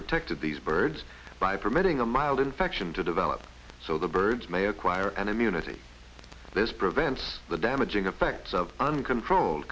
protected these birds by permitting a mild infection to develop so the birds may acquire an immunity this prevents the damaging effects of uncontrolled